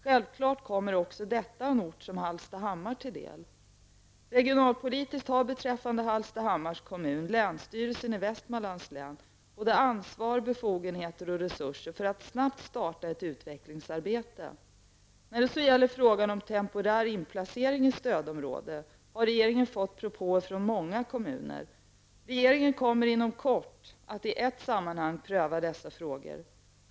Självklart kommer också detta en ort som Regionalpolitiskt har beträffande Hallstahammars kommun länsstyrelsen i Västmanlands län såväl ansvar och befogenheter som resurser för att snabbt starta ett utvecklingsarbete. När det så gäller frågan om temporär inplacering i stödområde har regeringen fått propåer från många kommuner. Regeringen kommer inom kort att i ett sammanhang pröva dessa frågor.